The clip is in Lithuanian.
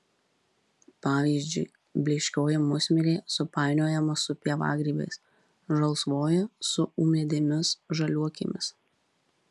pavyzdžiui blyškioji musmirė supainiojama su pievagrybiais žalsvoji su ūmėdėmis žaliuokėmis